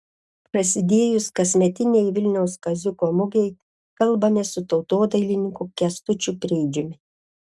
prasidėjus kasmetinei vilniaus kaziuko mugei kalbamės su tautodailininku kęstučiu preidžiumi